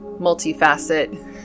multifaceted